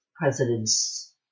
presidents